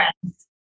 friends